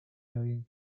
million